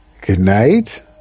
Goodnight